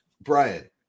Brian